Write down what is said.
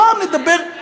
פעם נדבר,